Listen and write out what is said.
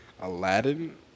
Aladdin